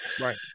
right